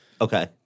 Okay